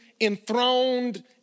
enthroned